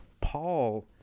Paul